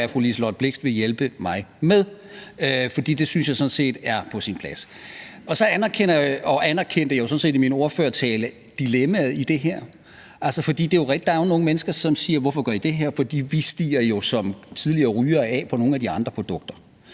at fru Liselott Blixt vil hjælpe mig med, for det synes jeg sådan set er på sin plads. Og så anerkender jeg, og anerkendte jeg jo sådan set i min ordførertale, dilemmaet i det her. For det er jo rigtigt, at der er nogle mennesker, som spørger: Hvorfor gør I det her, for vi stiger jo som tidligere rygere af på nogle af de andre produkter?